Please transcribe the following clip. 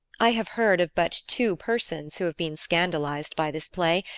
i have heard of but two persons who have been scandalized by this play,